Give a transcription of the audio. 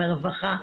מרווחה,